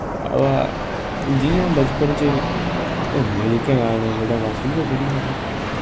हां जियां बचपन च होंदियां जेह्कियां नार्मल खेढां बस उ'यैं खेढियां असें ते